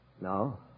No